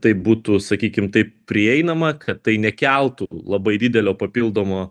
tai būtų sakykim taip prieinama kad tai nekeltų labai didelio papildomo